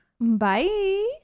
Bye